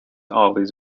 always